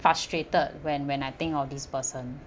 frustrated when when I think of this person